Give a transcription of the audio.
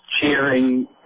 cheering